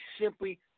simply